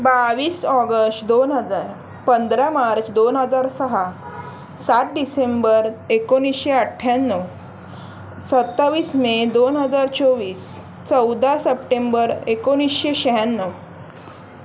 बावीस ऑगष्ट दोन हजार पंधरा मार्च दोन हजार सहा सात डिसेंबर एकोणीसशे अठ्याण्णव सत्तावीस मे दोन हजार चोवीस चौदा सप्टेंबर एकोणीसशे शहाण्णव